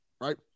right